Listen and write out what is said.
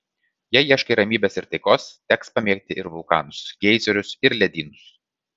jei ieškai ramybės ir taikos teks pamėgti ir vulkanus geizerius ir ledynus